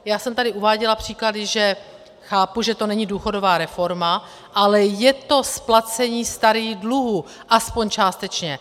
Já jsem tady uváděla příklady, že chápu, že to není důchodová reforma, ale je to splacení starých dluhů, aspoň částečně.